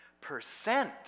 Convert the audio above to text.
Percent